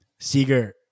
Seeger